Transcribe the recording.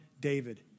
David